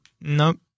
Nope